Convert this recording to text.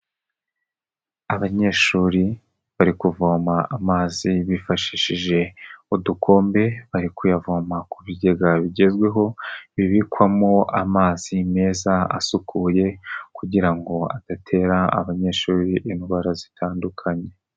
Abanyeshuri bari kuvoma amazi bifashishije udukombe, bari kuyavoma ku bigega bigezweho bibikwamo amazi meza asukuye kugira ngo adatera abanyeshuri indwara zitandukanye.